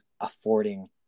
affording